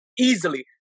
easily